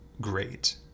great